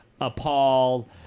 appalled